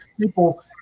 people